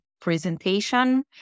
presentation